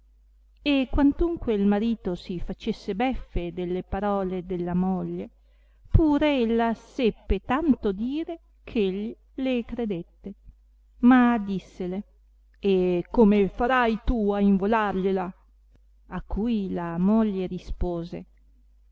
e quantunque il marito si facesse beffe delle parole della moglie pure ella seppe tanto dire eh egli le credette ma dissele e come farai tu a involargliela a cui la moglie rispose